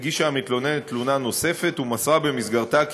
הגישה המתלוננת תלונה נוספת ומסרה במסגרתה כי